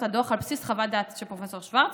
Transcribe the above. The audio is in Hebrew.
הדוח על בסיס חוות הדעת של פרופ' שוורץ,